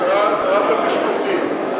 שרת המשפטים,